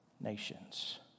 nations